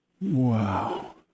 Wow